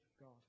God